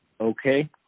Okay